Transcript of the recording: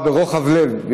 ברוחב לב.